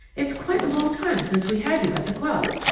it's quite a long time since we had you at the club.